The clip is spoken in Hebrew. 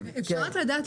רוב נגד,